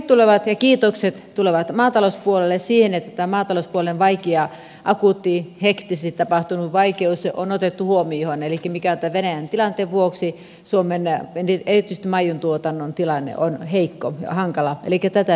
kehut ja kiitokset tulevat maatalouspuolelle siitä että tämä maatalouden akuutti hektisesti tapahtunut vaikeus on otettu huomioon elikkä kun tämän venäjän tilanteen vuoksi erityisesti suomen maidontuotannon tilanne on heikko ja hankala tätä pyritään auttamaan